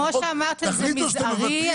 אז כמו שאמרת, זה מזערי.